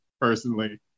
personally